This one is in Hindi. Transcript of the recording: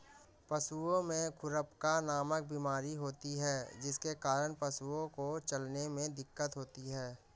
पशुओं में खुरपका नामक बीमारी होती है जिसके कारण पशुओं को चलने में दिक्कत होती है